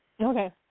Okay